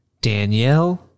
Danielle